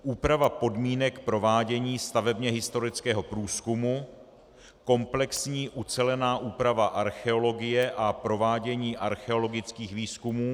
Úprava podmínek provádění stavebně historického průzkumu, komplexní ucelená úprava archeologie a provádění archeologických výzkumů.